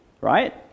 right